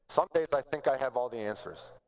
some days i think i have all the answers,